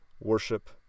worship